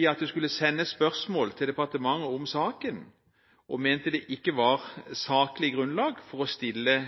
i at det skulle sendes spørsmål til departementet om saken, og mente det ikke var saklig grunnlag for å stille